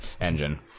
engine